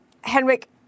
Henrik